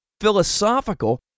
philosophical